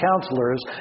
counselors